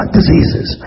diseases